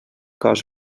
cos